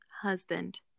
husband